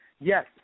yes